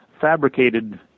fabricated